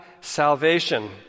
salvation